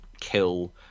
kill